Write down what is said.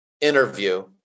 interview